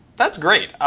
that's great.